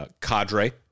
cadre